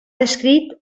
descrit